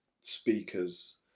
speakers